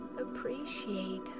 appreciate